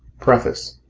preface.